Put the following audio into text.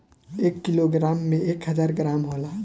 एक किलोग्राम में एक हजार ग्राम होला